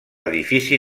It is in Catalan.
edifici